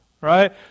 right